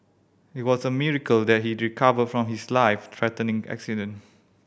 it was a miracle that he recovered from his life threatening accident